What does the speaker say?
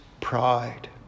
pride